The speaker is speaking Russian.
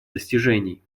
достижений